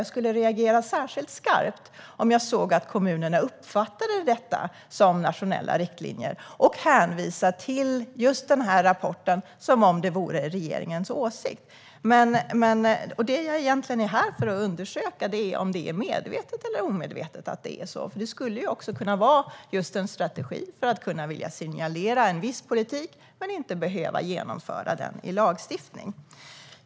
Jag skulle reagera särskilt skarpt om jag såg att kommunerna uppfattade detta som nationella riktlinjer och hänvisade till den här rapporten som om den vore regeringens åsikt. Det jag egentligen är här för att undersöka är om det är medvetet eller omedvetet som det är så här. Det skulle ju kunna vara en strategi för att kunna signalera en viss politik men inte behöva genomföra den i lagstiftning.